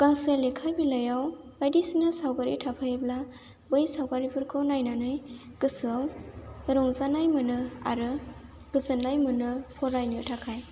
गांसे लेखा बिलाइआव बायदिसिना सावगारि थाफायोब्ला बै सावगारिफोरखौ नायनानै गोसोआव रंजानाय मोनो आरो गोजोननाय मोनो फरायनो थाखाय